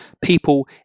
people